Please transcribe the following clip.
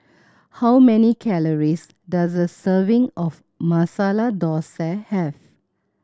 how many calories does a serving of Masala Dosa have